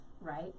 right